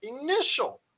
initial